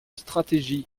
stratégie